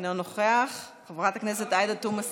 אינו נוכח, חברת הכנסת עאידה תומא סלימאן,